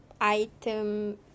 item